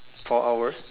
four hours